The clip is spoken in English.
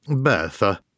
Bertha